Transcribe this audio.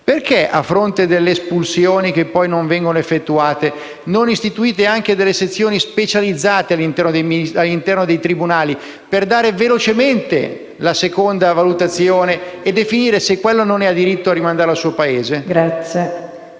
perché, a fronte delle espulsioni che poi non vengono effettuate, non istituite anche sezioni specializzate all'interno dei tribunali per dare velocemente la seconda valutazione e decidere, se il soggetto non ne ha dritto, di mandarlo al suo Paese?